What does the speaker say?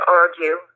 argue